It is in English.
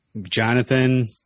Jonathan